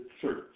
church